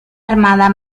armada